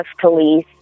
police